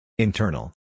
Internal